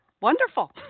Wonderful